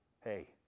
Hey